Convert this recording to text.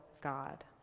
God